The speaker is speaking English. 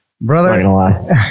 Brother